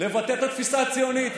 לבטא את התפיסה הציונית,